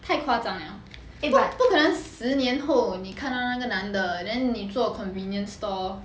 太夸张了不不可能十年后你看那个男的 then 你做 convenience store